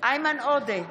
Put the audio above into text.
איימן עודה,